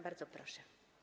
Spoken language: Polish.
Bardzo proszę.